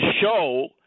show